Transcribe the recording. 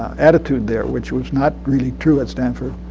attitude there, which was not really true at stanford.